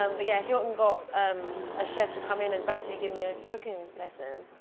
um but yeah, hilton got um a chef to come in and basically give me a cooking lesson.